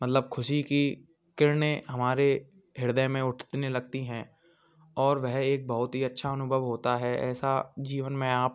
मतलब खुशी की किरणें हमारे हृदय में उठने लगती हैं और वह एक बहुत ही अच्छा अनुभव होता है ऐसा जीवन में आप